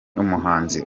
umuhanzi